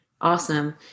Awesome